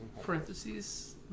parentheses